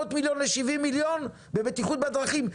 מ-400 מיליון ל-70 מיליון בבטיחות בדרכים?